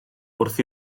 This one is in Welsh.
wrth